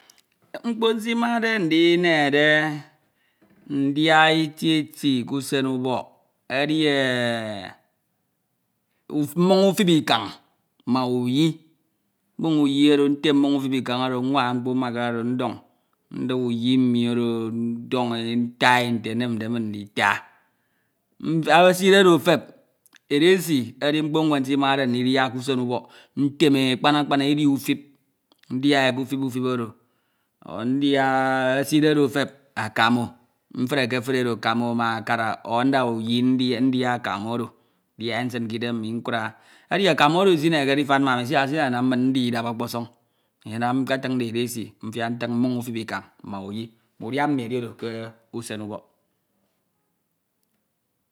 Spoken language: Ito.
mkpo nsimade ndinehede ndia eti eti k'usen ubok edi enh. mmon utip ikan ma uyi. mbun uyi oro. ntem mmon utip ikan oro. nwana mkpo mmakara oro ndon nda uyi mmi oro ndone nta e nte enemde min ndita. mfiak eside oro etep edesi edi mkpo nwen nsimade ndidia k'usen ubok. ntem e kpan kpan e edi utip ndia e kufip utip oro o ndia ke eside odo efep akame. mfrekefre edo akama ma akara o nda uyindia e akamo oro. ndia e nsin k'idem mmi nkura. edi akamo oro isinehekede ifan ma ami siak esinanam min ndida okposon enyenam nkatinde edesi mfiak ntin mmon ufip ikan ma uyi. udia mmi edi oro k'usen ubok.